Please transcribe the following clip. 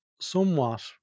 somewhat